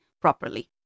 properly